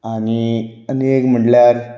आनी आनी एक म्हटल्यार